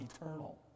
eternal